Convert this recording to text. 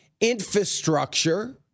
infrastructure